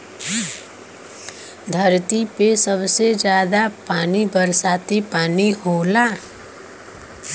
धरती पे सबसे जादा पानी बरसाती पानी होला